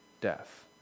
death